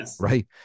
Right